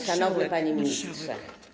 Szanowny Panie Ministrze!